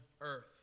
earth